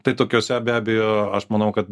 tai tokiose be abejo aš manau kad